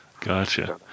Gotcha